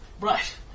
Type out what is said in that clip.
Right